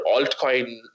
altcoin